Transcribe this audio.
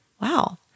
wow